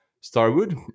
Starwood